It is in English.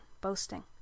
boasting